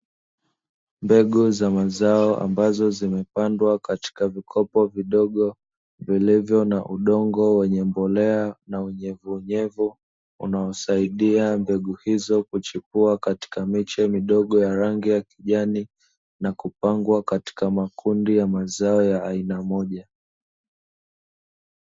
Mbegu za mazao ambazo zimepandwa katika vikopo vidogo, vilivyo na udongo wenye mbolea na unyevuunyevu, unaosaidia mbegu hizo kuchipua katika miche midogo ya rangi ya kijani, na kupangwa katika makundi ya mazao ya aina moja.